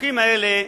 הפסוקים האלה,